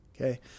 okay